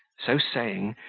so saying,